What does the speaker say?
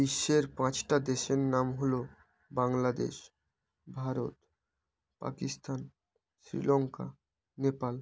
বিশ্বের পাঁচটা দেশের নাম হলো বাংলাদেশ ভারত পাকিস্তান শ্রীলঙ্কা নেপাল